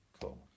Cool